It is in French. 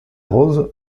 rose